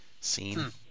seen